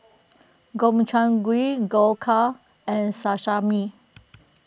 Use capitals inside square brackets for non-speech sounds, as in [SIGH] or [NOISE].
Gobchang Gui Dhokla and Sashimi [NOISE]